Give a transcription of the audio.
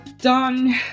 done